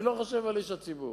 אני לא חושב על איש הציבור.